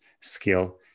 skill